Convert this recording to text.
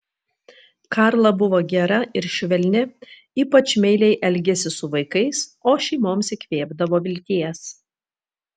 karla buvo gera ir švelni ypač meiliai elgėsi su vaikais o šeimoms įkvėpdavo vilties